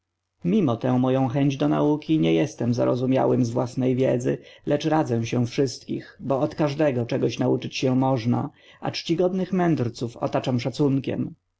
mimo tę moją chęć do nauk nie jestem zarozumiałym z własnej wiedzy lecz radzę się wszystkich bo od każdego czegoś nauczyć się można a czcigodnych mędrców otaczam szacunkiem